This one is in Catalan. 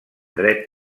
dret